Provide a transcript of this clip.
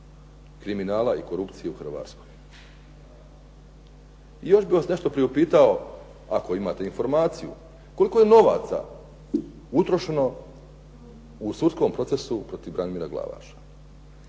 kriminala i korupcije u Hrvatskoj. I još bi vas nešto priupitao ako imate informaciju koliko je novaca utrošeno u sudskom procesu protiv Branimira Glavaša?